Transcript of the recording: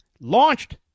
launched